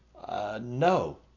No